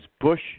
Bush